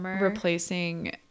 replacing